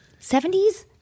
70s